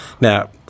Now